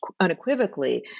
unequivocally